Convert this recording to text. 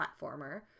platformer